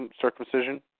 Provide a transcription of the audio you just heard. circumcision